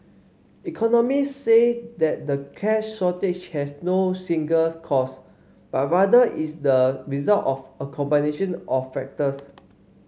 economist say that the cash shortage has no single cause but rather is the result of a combination of factors